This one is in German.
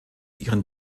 ihren